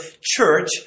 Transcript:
church